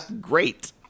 Great